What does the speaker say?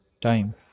time